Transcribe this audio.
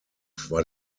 war